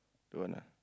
don't want ah